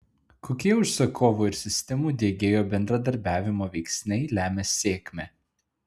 kokie užsakovo ir sistemų diegėjo bendradarbiavimo veiksniai lemia sėkmę